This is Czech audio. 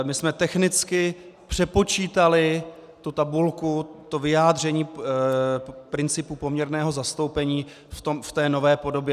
My jsme technicky přepočítali tu tabulku, to vyjádření principu poměrného zastoupení v té nové podobě.